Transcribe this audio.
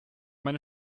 meine